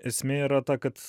esmė yra ta kad